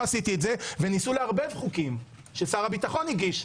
וניסו לערבב חוקים ששר הביטחון הגיש.